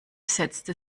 setzte